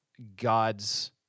God's